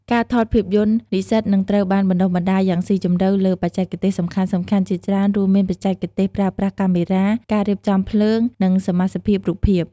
ការថតភាពយន្ត និស្សិតនឹងត្រូវបានបណ្ដុះបណ្ដាលយ៉ាងស៊ីជម្រៅលើ បច្ចេកទេសសំខាន់ៗ ជាច្រើនរួមមានបច្ចេកទេសប្រើប្រាស់កាមេរ៉ា ការរៀបចំភ្លើង និងសមាសភាពរូបភាព។